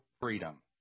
freedom